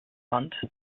land